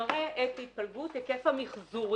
הגרף מראה את התפלגות היקף המיחזורים,